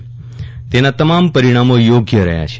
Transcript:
અને તેના તમામ પરિણામો યોગ્ય રહ્યા છે